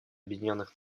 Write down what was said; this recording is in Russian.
объединенных